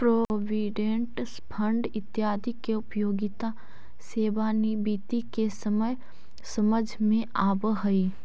provident fund इत्यादि के उपयोगिता सेवानिवृत्ति के समय समझ में आवऽ हई